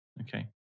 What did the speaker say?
Okay